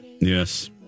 Yes